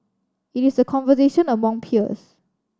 it is a conversation among peers